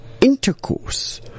intercourse